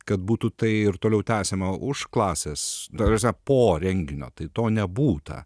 kad būtų tai ir toliau tęsiama už klasės ta prasme po renginio tai to nebūta